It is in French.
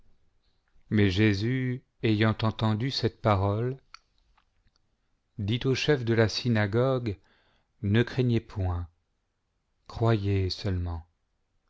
mais jésus ayant entendu cette parole dit au chef de la synagogue ne craignez point croyez seulement